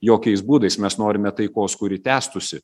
jokiais būdais mes norime taikos kuri tęstųsi